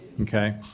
okay